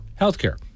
healthcare